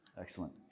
excellent